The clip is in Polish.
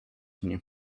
mnie